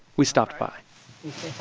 we stopped by